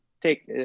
take